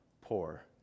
poor